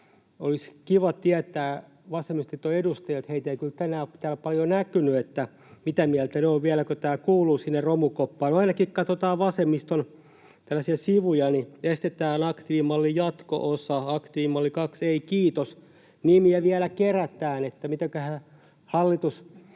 mitä mieltä vasemmistoliiton edustajat ovat — heitä ei kyllä tänään täällä ole paljon näkynyt — vieläkö tämä kuuluu sinne romukoppaan. No, ainakin kun katsotaan vasemmiston sivuja, niin ”estetään aktiivimallin jatko-osa”, ”aktiivimalli 2, ei kiitos”, nimiä vielä kerätään. Mitäköhän muiden